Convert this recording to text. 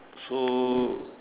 so